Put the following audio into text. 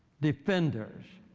defenders.